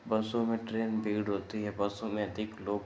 बसों में ट्रेन भीड़ होती है बसों में अधिक लोग